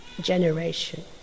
generation